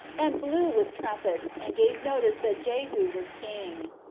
and blew with trumpets, and gave notice that jehu was king.